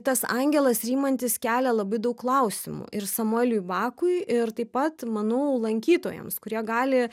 tas angelas rymantis kelia labai daug klausimų ir samueliui bakui ir taip pat manau lankytojams kurie gali